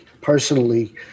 personally